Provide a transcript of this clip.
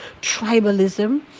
tribalism